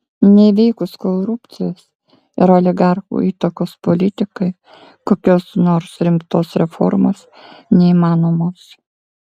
neįveikus korupcijos ir oligarchų įtakos politikai kokios nors rimtos reformos neįmanomos